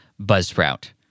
buzzsprout